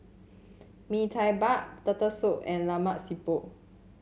Mee Tai Mak Turtle Soup and Lemak Siput